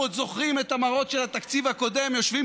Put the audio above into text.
אנחנו עוד זוכרים את המראות של התקציב הקודם: יושבים